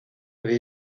avait